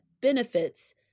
benefits